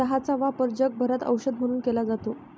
चहाचा वापर जगभरात औषध म्हणून केला जातो